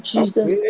Jesus